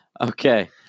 okay